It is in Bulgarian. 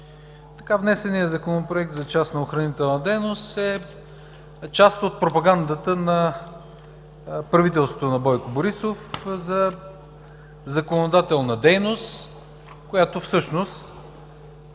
Така внесеният Законопроект за частната охранителна дейност е част от пропагандата на правителството на Бойко Борисов за законодателна дейност, която всъщност